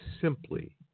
simply